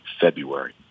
February